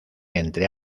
entre